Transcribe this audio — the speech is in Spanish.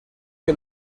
que